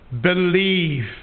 believe